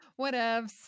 Whatevs